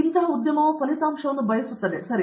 ಅಂದರೆ ಉದ್ಯಮವು ಈ ಫಲಿತಾಂಶವನ್ನು ಬಯಸಿದೆ ಸರಿ